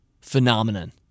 phenomenon